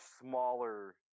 smaller